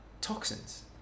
toxins